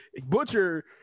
Butcher